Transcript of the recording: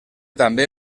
també